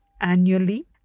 annually